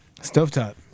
Stovetop